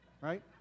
right